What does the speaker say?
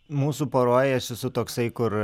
mūsų poroj aš esu toksai kur